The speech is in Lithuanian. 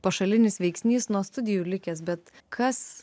pašalinis veiksnys nuo studijų likęs bet kas